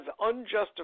unjustified